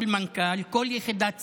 כל מנכ"ל, כל יחידת סמך,